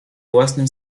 własnym